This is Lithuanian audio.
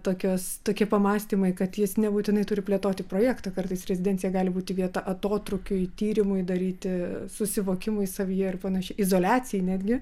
tokios tokie pamąstymai kad jis nebūtinai turi plėtoti projektą kartais rezidencija gali būti vieta atotrūkiui tyrimui daryti susivokimui savyje ir panašiai izoliacijai netgi